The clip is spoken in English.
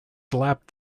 slapped